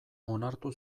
onartu